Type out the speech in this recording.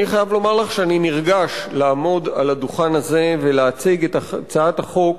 אני חייב לומר לך שאני נרגש לעמוד על הדוכן הזה ולהציג את הצעת חוק